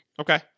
Okay